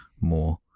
more